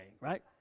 right